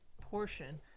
portion